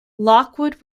lockwood